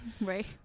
Right